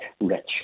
rich